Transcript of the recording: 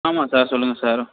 ஆமாம் சார் சொல்லுங்கள் சார்